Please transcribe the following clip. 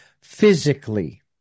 physically